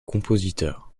compositeur